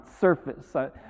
surface